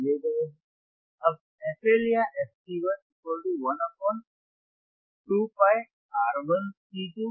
तो R1 C2 R2 C3 दिए गए हैं